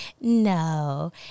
no